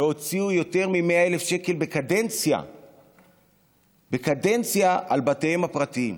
לא הוציאו יותר מ-100,000 שקל בקדנציה על בתיהם הפרטיים.